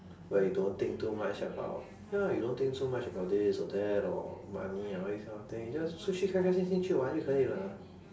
where you don't think too much about ya you don't think so much about this or that or money and all this kind of thing just 出去开开心心去玩就可以了